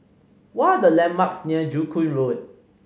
what are the landmarks near Joo Koon Road